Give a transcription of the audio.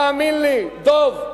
תאמין לי, דב,